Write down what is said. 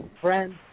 friends